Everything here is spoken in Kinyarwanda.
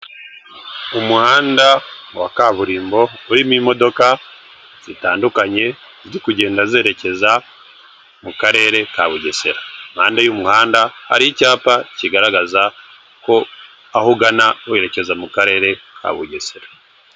Umuhanda wa kaburimbo urimo imodoka zitandukanye ziri kugenda zerekeza mu karere ka Bugesera, impande y'umuhanda hari icyapa kigaragaza ko aho ugana werekeza mu karere ka Bugesera.